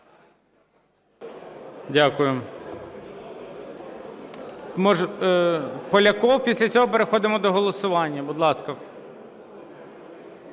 Дякую. Поляков, після цього переходимо до голосування. Будь ласка.